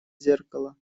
зеркало